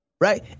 Right